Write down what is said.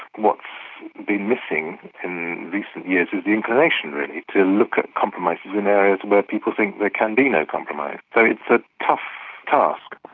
what's been missing recent years is the inclination really to look at compromises in areas where people think there can be no compromise. so it's a tough task.